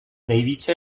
nejvíce